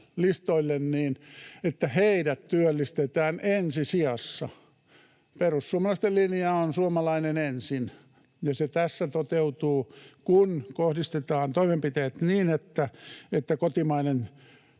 työvoimahallinnon listoille. Perussuomalaisten linja on ”suomalainen ensin”, ja se tässä toteutuu, kun kohdistetaan toimenpiteet niin, että kotimainen